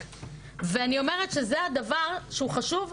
ואני אומרת שזה הדבר שחשוב,